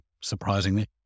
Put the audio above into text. surprisingly